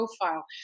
profile